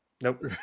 Nope